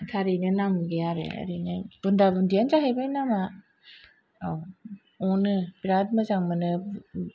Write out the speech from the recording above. थारैनो नाम गैया आरो ओरैनो बुन्दा बुन्दिआनो जाहैबाय नामा औ अनो बिराद मोजां मोनो